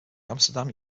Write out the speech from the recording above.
amsterdam